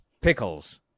pickles